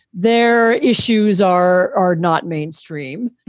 their issues are are not mainstream.